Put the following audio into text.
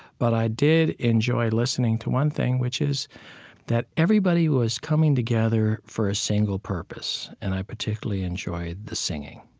but i did enjoy listening to one thing, which is that everybody was coming together for a single purpose, and i particularly enjoyed the singing